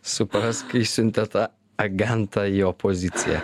suprask išsiuntė tą agentą į opoziciją